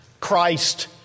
Christ